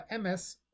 MS